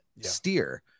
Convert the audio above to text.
Steer